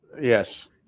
Yes